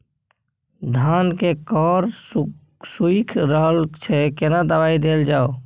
धान के कॉर सुइख रहल छैय केना दवाई देल जाऊ?